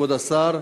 כבוד השר,